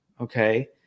okay